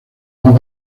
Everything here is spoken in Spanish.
más